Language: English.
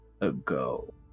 ago